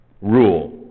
Rule